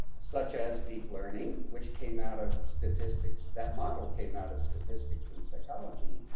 such as deep learning, which came out of statistics, that model came out of statistics in psychology.